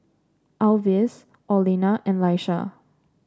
Alvis Orlena and Laisha